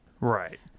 Right